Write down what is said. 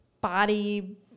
body